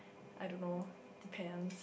I don't know depends